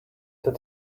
that